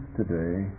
today